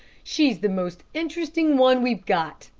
she's the most interesting one we've got,